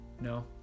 No